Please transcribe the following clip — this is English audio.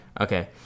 Okay